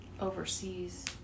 overseas